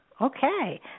Okay